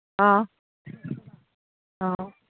ꯑꯥ ꯑꯥ